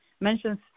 mentions